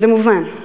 זה מובן,